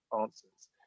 answers